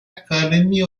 academy